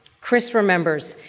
chris remembers,